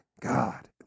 God